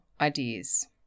ideas